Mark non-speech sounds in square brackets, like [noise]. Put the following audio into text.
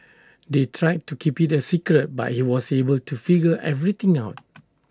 they tried to keep IT A secret but he was able to figure everything out [noise]